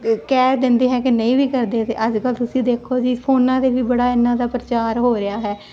ਕਹਿ ਦਿੰਦੇ ਹੈ ਕਿ ਨਹੀਂ ਵੀ ਕਰਦੇ ਤੇ ਅੱਜ ਕੱਲ ਤੁਸੀਂ ਦੇਖੋ ਜੀ ਫੋਨਾਂ ਤੇ ਵੀ ਬੜਾ ਇਹਨਾਂ ਦਾ ਪ੍ਰਚਾਰ ਹੋ ਰਿਹਾ ਹੈ